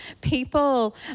people